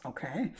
Okay